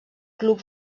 club